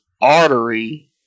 artery